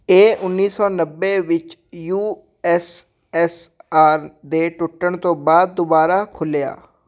ਇਹ ਉੱਨੀ ਸੌ ਨੱਬੇ ਵਿੱਚ ਯੂ ਐੱਸ ਐੱਸ ਆਰ ਦੇ ਟੁੱਟਣ ਤੋਂ ਬਾਅਦ ਦੁਬਾਰਾ ਖੁੱਲ੍ਹਿਆ